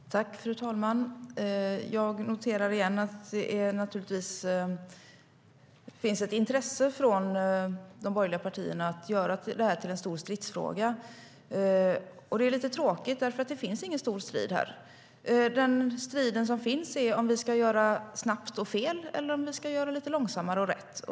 STYLEREF Kantrubrik \* MERGEFORMAT Svar på interpellationerFru talman! Jag noterar igen att det finns ett intresse från de borgerliga partierna att göra detta till en stor stridsfråga. Det är lite tråkigt, för det finns ingen stor strid. Den strid som finns gäller om vi ska göra snabbt och fel eller göra lite långsammare och rätt.